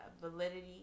validity